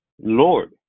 Lord